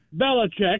Belichick